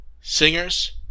Singers